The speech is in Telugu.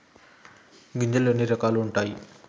గింజలు ఎన్ని రకాలు ఉంటాయి?